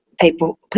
People